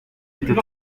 était